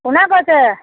কোনে কৈছে